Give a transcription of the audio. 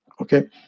Okay